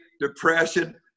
depression